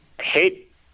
hate